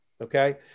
okay